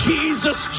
Jesus